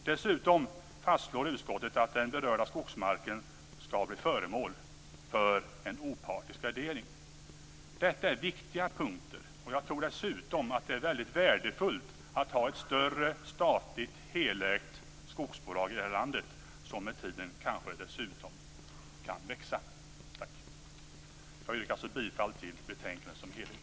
Dessutom fastslår utskottet att den berörda skogsmarken skall bli föremål för en opartisk värdering. Detta är viktiga punkter. Jag tror dessutom att det är väldigt värdefullt att ha ett större statligt helägt skogsbolag i det här landet som med tiden kanske dessutom kan växa. Jag yrkar bifall till utskottets hemställan i betänkandet i dess helhet.